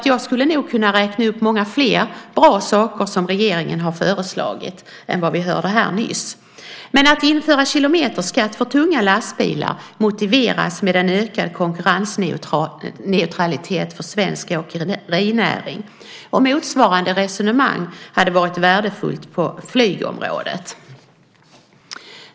Jag skulle kunna räkna upp många fler bra saker som regeringen har föreslagit än vad vi hörde här nyss. Införande av kilometerskatt på tunga lastbilar motiveras med en ökad konkurrensneutralitet för svensk åkerinäring. Motsvarande resonemang hade varit värdefullt på flygområdet.